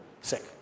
sick